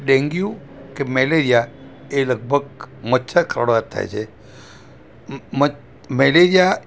dengue કે malaria એ લગભગ મચ્છર કરડવાથી થાય છે મેલેરિયા